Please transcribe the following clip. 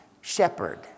shepherd